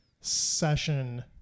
session